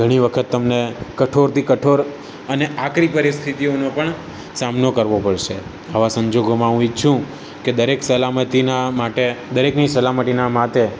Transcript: ઘણી વખત તમને કઠોરથી કઠોર અને આકરી પરિસ્થિતિઓનો પણ સામનો કરવો પડશે આવા સંજોગોમાં હું ઈચ્છું કે દરેક સલામતીના માટે દરેકની સલામતીના માટે